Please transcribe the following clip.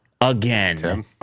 again